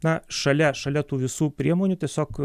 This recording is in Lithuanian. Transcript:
na šalia šalia tų visų priemonių tiesiog